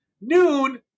noon